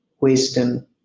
wisdom